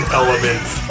elements